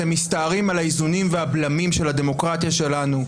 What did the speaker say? אתם מסתערים על האיזונים והבלמים של הדמוקרטיה שלנו.